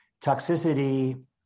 toxicity